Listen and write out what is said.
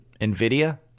NVIDIA